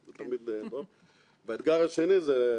אבל לגבי עבודת הוועדה נכון אמרת המנכ"ל